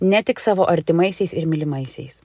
ne tik savo artimaisiais ir mylimaisiais